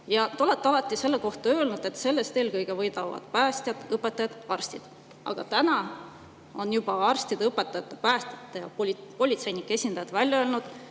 Te olete alati selle kohta öelnud, et sellest eelkõige võidavad päästjad, õpetajad, arstid, aga arstide, õpetajate, päästjate ja politseinike esindajad on välja öelnud,